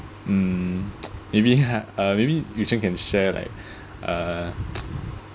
mm maybe uh maybe Yu Chen can share like uh